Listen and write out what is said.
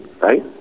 right